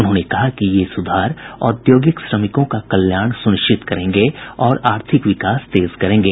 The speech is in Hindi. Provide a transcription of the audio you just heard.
उन्होंने कहा कि ये सुधार औद्योगिक श्रमिकों का कल्याण सुनिश्चित करेंगे और आर्थिक विकास तेज करेंगे